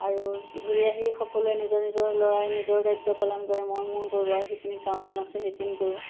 আৰু ঘূৰি আহি সকলোৱে নিজৰ নিজৰ ল'ৰাই নিজৰ দ্বায়িত্ব পালন কৰে মই মোৰ ঘৰুৱা যিখিনি কাম বন আছে সেইখিনি কৰোঁ